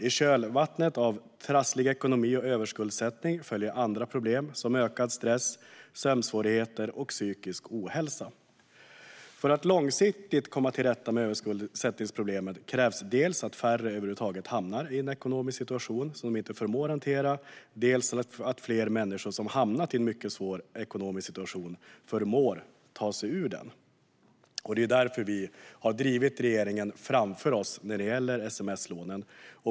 I kölvattnet av trasslig ekonomi och överskuldsättning följer andra problem som ökad stress, sömnsvårigheter och psykisk ohälsa. För att långsiktigt komma till rätta med överskuldsättningsproblemet krävs dels att färre över huvud taget hamnar i en ekonomisk situation som de inte förmår hantera, dels att fler människor som har hamnat i en mycket svår ekonomisk situation förmår ta sig ur den. Det är därför vi har drivit regeringen framför oss när det gäller sms-lånen.